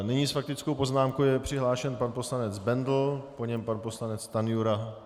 Nyní je s faktickou poznámkou přihlášen pan poslanec Bendl, po něm pan poslanec Stanjura.